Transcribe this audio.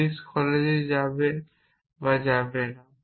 Alice কলেজে যাবে বা যাবে না